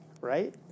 right